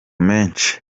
menshi